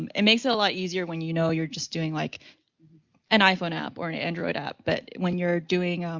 um it makes it a lot easier when you know you're just doing like an iphone app or an android app. but when you're doing,